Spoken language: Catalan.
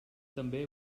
també